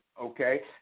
okay